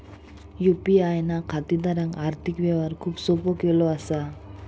UPI ना खातेदारांक आर्थिक व्यवहार खूप सोपो केलो असा